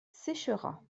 sécheras